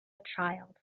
child